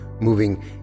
moving